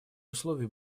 условий